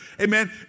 Amen